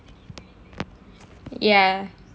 ya